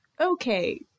okay